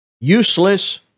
useless